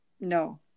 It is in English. No